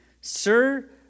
Sir